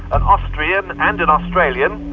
an austrian and an australian,